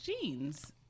jeans